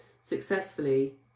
successfully